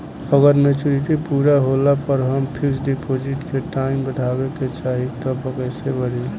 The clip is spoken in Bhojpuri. अगर मेचूरिटि पूरा होला पर हम फिक्स डिपॉज़िट के टाइम बढ़ावे के चाहिए त कैसे बढ़ी?